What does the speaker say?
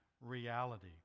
reality